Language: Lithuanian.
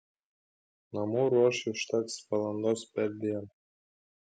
namų ruošai užteks valandos per dieną